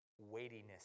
weightiness